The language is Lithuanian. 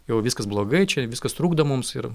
jau viskas blogai čia viskas trukdo mums ir